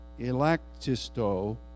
electisto